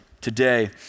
today